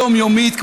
יומיומית,